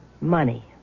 Money